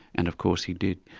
and of course, he did.